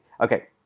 Okay